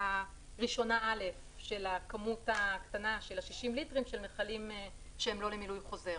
הראשונה א' של הכמות הקטנה של 60 ליטרים של מכלים שהם לא למילוי חוזר.